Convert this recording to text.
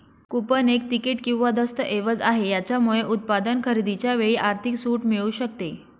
coupon एक तिकीट किंवा दस्तऐवज आहे, याच्यामुळे उत्पादन खरेदीच्या वेळी आर्थिक सूट मिळू शकते